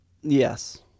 Yes